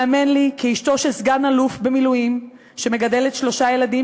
האמן לי כי כאשתו של סגן-אלוף במילואים שמגדלת שלושה ילדים,